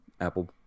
Apple